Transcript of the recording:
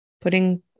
putting